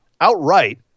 outright